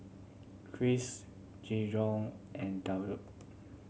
Chris Gijon and Daryn